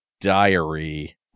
diary